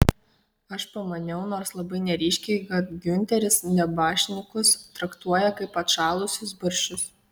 aš pamaniau nors labai neryškiai kad giunteris nabašnikus traktuoja kaip atšalusius barščius